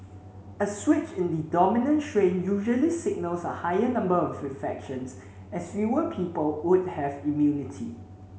a switch in the dominant strain usually signals a higher number of infections as fewer people would have immunity